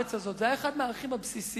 בארץ הזאת זה היה אחד הערכים הבסיסיים